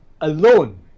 alone